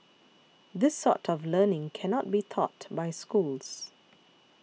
this sort of learning cannot be taught by schools